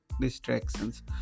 distractions